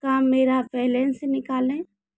का मेरा बैलेंस निकाले